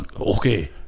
Okay